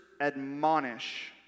admonish